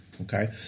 okay